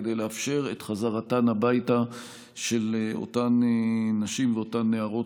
כדי לאפשר את חזרתן הביתה של אותן נשים ואותן נערות,